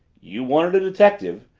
you wanted a detective!